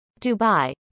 Dubai